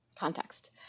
context